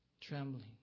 Trembling